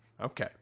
Okay